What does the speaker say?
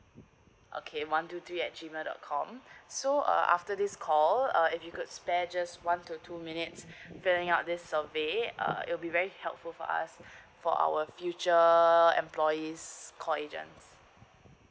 okay one two three at G mail dot com so uh after this call uh if you could spare just one to two minutes filling up this survey uh it will be very helpful for us for our future employees call agents